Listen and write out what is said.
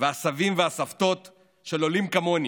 ובסבים והסבתות של עולים כמוני,